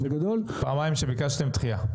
פעמיים שהבנקים ביקשו דחייה.